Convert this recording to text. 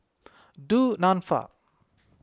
Du Nanfa